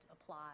apply